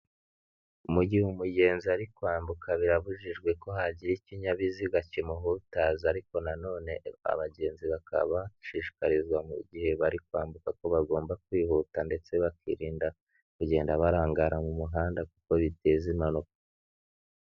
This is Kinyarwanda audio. Mu gihe umugenzi ari kwambuka, birabujijwe ko hagira ikinyabiziga kimuhutaza ariko na none abagenzi bakaba bashishikarizwa mu gihe bari kwambuka ko bagomba kwihuta ndetse bakirinda kugenda barangara mu muhanda, kuko biteza impanuka.